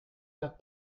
perdre